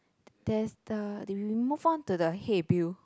there's the they we move on to the hey Bill